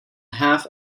half